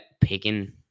picking